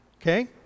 Okay